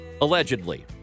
allegedly